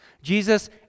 Jesus